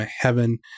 Heaven